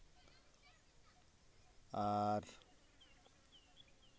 ᱟᱨ